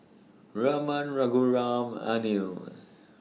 Raman Raghuram Anil